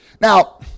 Now